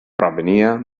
provenia